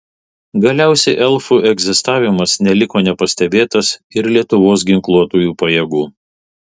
galiausiai elfų egzistavimas neliko nepastebėtas ir lietuvos ginkluotųjų pajėgų